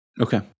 Okay